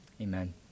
Amen